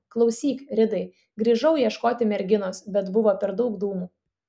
klausyk ridai grįžau ieškoti merginos bet buvo per daug dūmų